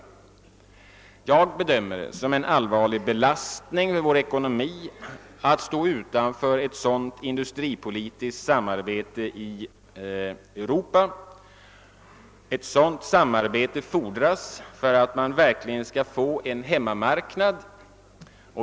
Jag bedömer det som en allvarlig belastning för vår ekonomi att stå utanför ett sådant industripolitiskt samarbete i Europa. Ett sådant samarbete fordras för att man verkligen skall få en hemmamarknad.